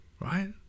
Right